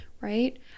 right